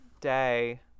day